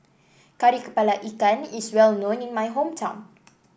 Kari kepala Ikan is well known in my hometown